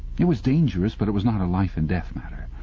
it was dangerous, but it was not a life-and-death matter.